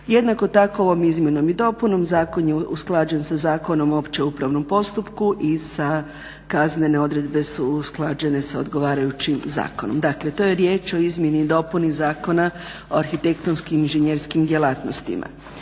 Jednako tako ovom izmjenom i dopunom zakon je usklađen sa Zakonom o općem upravnom postupku i kaznene odredbe su usklađene s odgovarajućim zakonom. Dakle to je riječ o izmjeni i dopuni Zakona o arhitektonskim i inženjerskim djelatnostima.